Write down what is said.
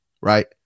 right